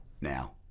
now